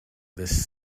this